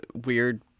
weird